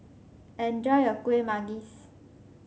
enjoy your Kueh Manggis